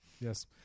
Yes